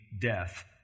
death